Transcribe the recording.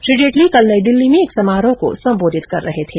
श्री जेटली कल नई दिल्ली में एक समारोह को संबोधित कर रहे थे